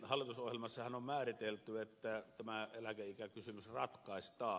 hallitusohjelmassahan on määritelty että tämä eläkeikäkysymys ratkaistaan